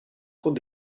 cours